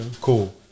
Cool